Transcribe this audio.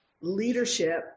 leadership